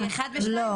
כי (1) ו-(2),